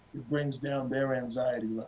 brings down their anxiety.